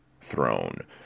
Throne